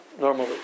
normally